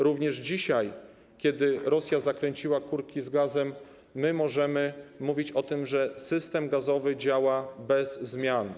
Również dzisiaj, kiedy Rosja zakręciła kurki z gazem, my możemy mówić o tym, że system gazowy działa bez zmian.